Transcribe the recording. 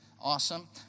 awesome